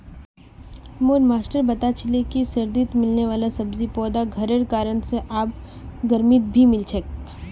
मोर मास्टर बता छीले कि सर्दित मिलने वाला सब्जि पौधा घरेर कारण से आब गर्मित भी मिल छे